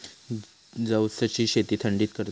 जवसची शेती थंडीत करतत